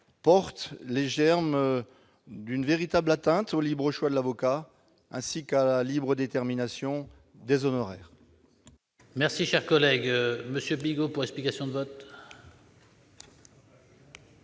lui les germes d'une véritable atteinte au libre choix de l'avocat, ainsi qu'à la libre détermination des honoraires. La parole est à M. Jacques Bigot, pour explication de vote.